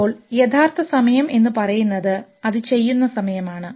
ഇപ്പോൾ യഥാർത്ഥ സമയം എന്ന് പറയുന്നത് അത് ചെയ്യുന്ന സമയമാണ്